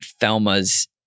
Thelma's